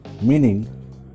Meaning